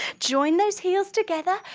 join those heels togethe, ah